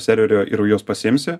serverio ir juos pasiimsi